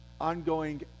ongoing